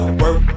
work